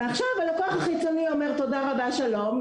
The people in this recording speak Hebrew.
ועכשיו הלקוח החיצוני אומר תודה רבה ושלום,